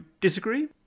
disagree